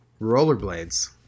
Rollerblades